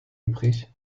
übrig